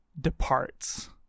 departs